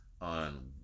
on